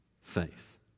faith